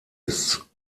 ist